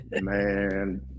man